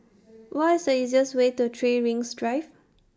What IS The easiest Way to three Rings Drive